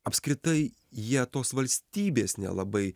apskritai jie tos valstybės nelabai